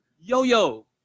Yo-Yo